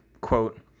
quote